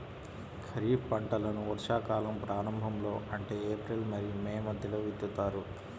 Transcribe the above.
ఖరీఫ్ పంటలను వర్షాకాలం ప్రారంభంలో అంటే ఏప్రిల్ మరియు మే మధ్యలో విత్తుతారు